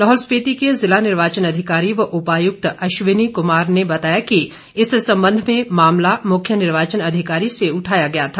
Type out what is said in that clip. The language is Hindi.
लाहौल स्पीति के जिला निर्वाचन अधिकारी व उपायुक्त अश्विनी कुमार ने बताया कि इस संबंध में मामला मुख्य निर्वाचन अधिकारी से उठाया गया था